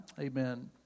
Amen